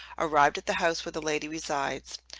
arrived at the house where the lady resides,